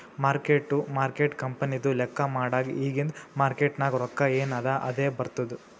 mark to market ಕಂಪನಿದು ಲೆಕ್ಕಾ ಮಾಡಾಗ್ ಇಗಿಂದ್ ಮಾರ್ಕೇಟ್ ನಾಗ್ ರೊಕ್ಕಾ ಎನ್ ಅದಾ ಅದೇ ಬರ್ತುದ್